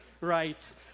right